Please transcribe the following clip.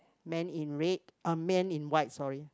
man in red uh man in white sorry